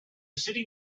city